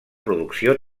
producció